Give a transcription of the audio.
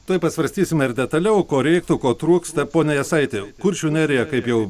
tuoj pasvarstysime ir detaliau ko reiktų ko trūksta pone jasaiti kuršių nerija kaip jau